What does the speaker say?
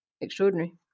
extraordinary